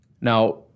Now